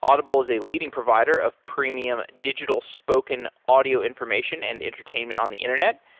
audible is a leading provider of premium digital spoken audio information and entertainment on the internet.